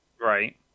right